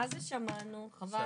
מה זה שמענו, חבל על הזמן.